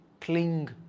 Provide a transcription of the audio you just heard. cling